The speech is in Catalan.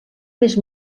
més